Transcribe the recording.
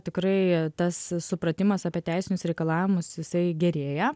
tikrai tas supratimas apie teisinius reikalavimus jisai gerėja